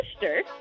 sister